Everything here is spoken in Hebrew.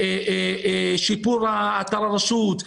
שיפור אתר הרשות,